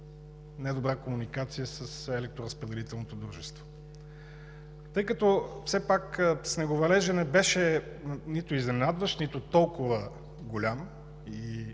недобра комуникация с електроразпределителното дружество. Тъй като все пак снеговалежът не беше нито изненадващ, нито толкова голям и